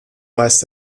weist